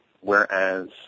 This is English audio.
Whereas